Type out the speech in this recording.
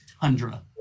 Tundra